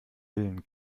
willen